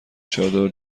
چادر